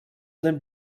den